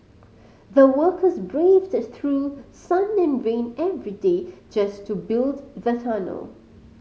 the workers braved through sun and rain every day just to build the tunnel